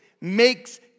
makes